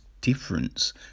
difference